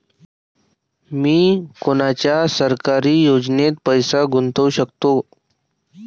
मी कोनच्या सरकारी योजनेत पैसा गुतवू शकतो?